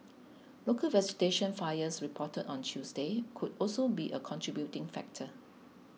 local vegetation fires reported on Tuesday could also be a contributing factor